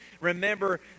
remember